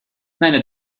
meine